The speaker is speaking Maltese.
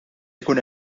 jkun